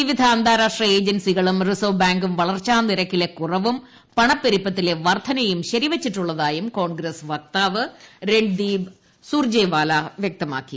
വിവിധ അന്താരാഷ്ട്ര ഏജൻസികളും റിസർവ്വ് ബാങ്കും വളർച്ചാ നിരക്കിലെ കുറവും പണപ്പെരുപ്പത്തിലെ വർദ്ധനയും ശ്ശരി വച്ചിട്ടുളളതായും കോൺഗ്രസ് വക്താവ് രൺദീപ് സുർ ജേജപ്ാല വൃക്തമാക്കി